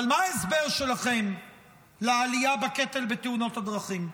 אבל מה ההסבר שלכם לעלייה בקטל בתאונות הדרכים?